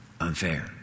unfair